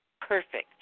Perfect